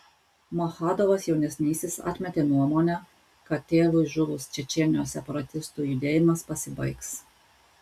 maschadovas jaunesnysis atmetė nuomonę kad tėvui žuvus čečėnijos separatistų judėjimas pasibaigs